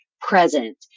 present